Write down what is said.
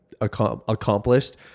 accomplished